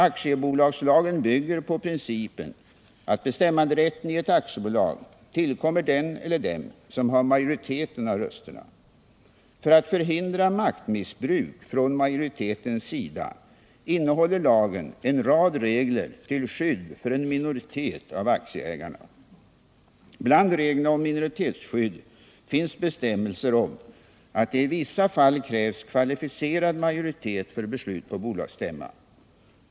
Aktiebolagslagen bygger på principen att bestämmanderätten i ett aktiebolag tillkommer den eller dem som har majoriteten av rösterna. För att förhindra maktmissbruk från majoritetens sida innehåller lagen en rad regler till skydd för en minoritet av aktieägarna. Bland reglerna om minoritetsskydd finns bestämmelser om att det i vissa fall krävs kvalificerad majoritet för beslut på bolagsstämma.